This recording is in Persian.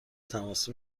تماسی